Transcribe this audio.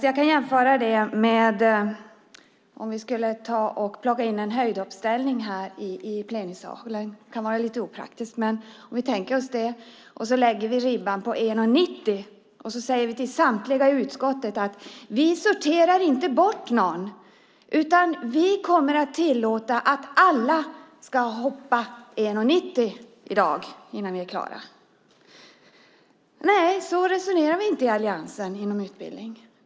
Man kan jämföra med om vi skulle plocka in en höjdhoppsställning här i plenisalen - det kan vara opraktiskt, men vi tänker oss det - och lägger ribban på 1,90. Sedan säger vi till samtliga i utskottet: Vi sorterar inte bort någon. Vi kommer att tillåta alla att hoppa 1,90 i dag innan vi är klara. Så resonerar vi inte inom alliansen när det gäller utbildning.